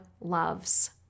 loves